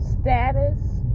status